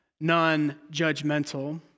non-judgmental